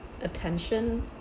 attention